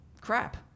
crap